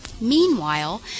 Meanwhile